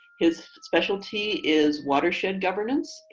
his specialty is watershed governance.